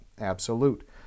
absolute